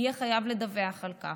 יהיה חייב לדווח על כך.